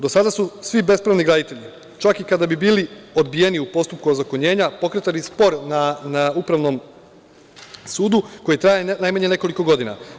Do sada su svi bespravni graditelji, čak i kada bi bili odbijeni u postupku ozakonjenja, pokretali spor na Upravnom sudu, koji traje najmanje nekoliko godina.